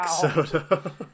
soda